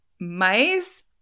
Mice